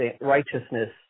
righteousness